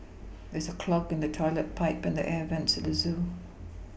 there is a clog in the toilet pipe and the air vents at the zoo